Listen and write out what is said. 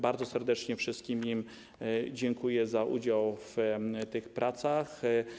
Bardzo serdecznie wszystkim dziękuję za udział w tych pracach.